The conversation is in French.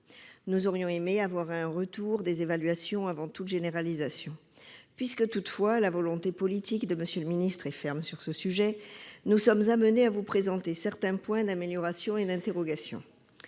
Nous aurions aimé avoir connaissance des évaluations avant toute généralisation. Puisque, toutefois, la volonté politique de M. le ministre est ferme sur ce sujet, nous sommes amenés à vous proposer certaines améliorations et à soulever